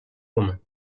women